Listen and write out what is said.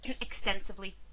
extensively